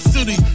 City